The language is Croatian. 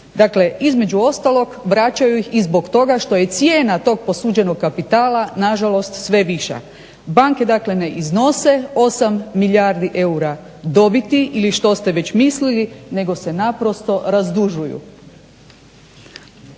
Dakle između ostalog vraćaju ih i zbog toga što je cijena tog posuđenog kapitala nažalost sve viša. Banke dakle ne iznose 8 milijardi eura dobiti ili što ste već mislili nego se naprosto razdužuju.